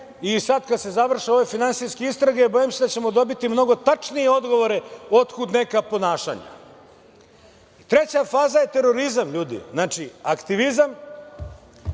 i sada kada se završe ove finansijske istrage bojim se da ćemo dobiti mnogo tačnije odgovore otkud neka ponašanja. Treća faza je terorizam ljudi, znači aktivizam